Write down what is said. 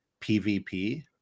PVP